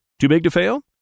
Too-big-to-fail